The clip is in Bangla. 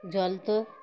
জল তো